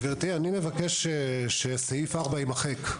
גברתי, אני מבקש שסעיף 4 יימחק.